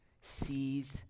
sees